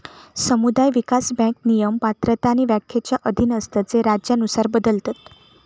समुदाय विकास बँक नियम, पात्रता आणि व्याख्येच्या अधीन असतत जे राज्यानुसार बदलतत